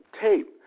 tape